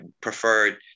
preferred